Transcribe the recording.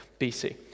BC